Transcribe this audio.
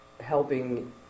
helping